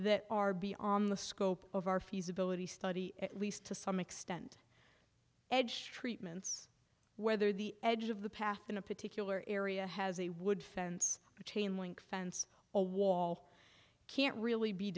that are be on the scope of our feasibility study at least to some extent edge treatments whether the edge of the path in a particular area has a wood fence or chain link fence or wall can't really be